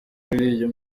imikorere